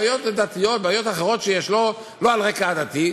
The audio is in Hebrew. בעיות דתיות, בעיות אחרות שיש, לא על רקע עדתי,